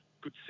good